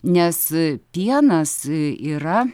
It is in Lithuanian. nes pienas yra